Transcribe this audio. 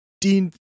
Dean